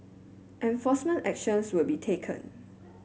enforcement actions will be taken